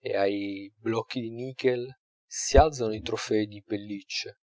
e ai blocchi di nikel si alzano i trofei di pelliccie